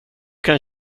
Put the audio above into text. kan